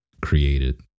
Created